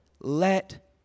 Let